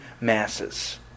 masses